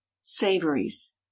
Savories